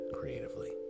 creatively